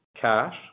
cash